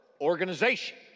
organization